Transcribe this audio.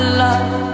love